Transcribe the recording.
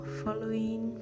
following